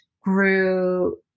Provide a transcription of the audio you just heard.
grew